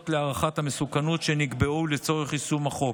להערכת המסוכנות שנקבעו לצורך יישום החוק.